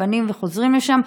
מפנים והם חוזרים לשם,